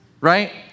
right